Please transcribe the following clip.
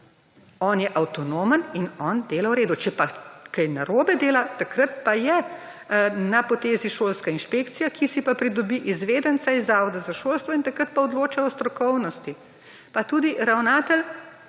on je avtonomen in on dela v redu. Če pa kaj narobe dela takrat pa je na potezi Šolska inšpekcija, ki si pa pridobi izvedenca iz Zavoda za šolstvo in takrat odloča o strokovnosti. Tudi ravnatelj